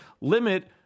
limit